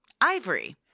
Ivory